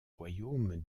royaume